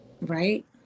Right